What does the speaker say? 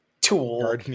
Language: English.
tool